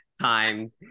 time